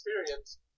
experience